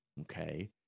okay